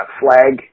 flag